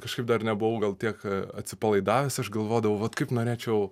kažkaip dar nebuvau gal tiek atsipalaidavęs aš galvodavau vat kaip norėčiau